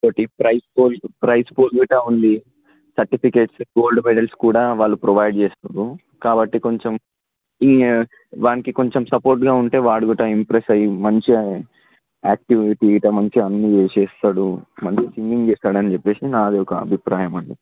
ఇంకోటి ప్రైస్ పోజ్ ప్రైస్ పోజ్ గిట్టా ఉంది సర్టిఫికెట్స్ గోల్డ్ మెడల్స్ కూడా వాళ్ళు ప్రొవైడ్ చేస్తుర్రు కాబట్టి కొంచం వానికి కొంచం సపోర్ట్గా ఉంటే వాడు గిట్ట ఇంప్రెస్ అయ్యి మంచిగా యాక్టివిటీ గిట్ట మంచిగా అన్నీ చేస్తాడు మంచి సింగింగ్ చేస్తాడు అని చెప్పి నాది ఒక అభిప్రాయం అండి